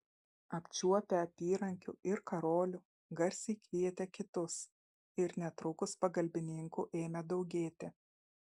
apčiuopę apyrankių ir karolių garsiai kvietė kitus ir netrukus pagalbininkų ėmė daugėti